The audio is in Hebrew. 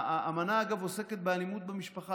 האמנה הזאת עוסקת באלימות במשפחה,